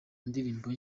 indirimbo